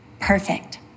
perfect